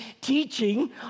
teaching